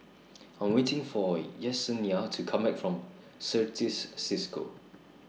I'm waiting For Yessenia to Come Back from Certis CISCO